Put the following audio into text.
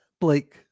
Blake